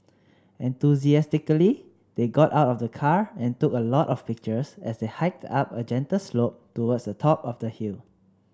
enthusiastically they got out of the car and took a lot of pictures as they hiked up a gentle slope towards the top of the hill